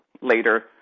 later